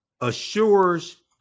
assures